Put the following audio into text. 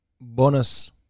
bonus